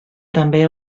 també